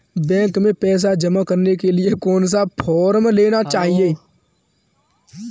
Bank में पैसा जमा करने के लिए कौन सा फॉर्म लेना है?